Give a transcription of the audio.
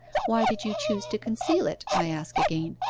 why did you choose to conceal it, i ask again?